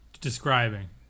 describing